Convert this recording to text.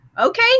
Okay